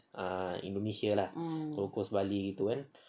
ah in indonesia lah gold coast bali